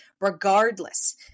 regardless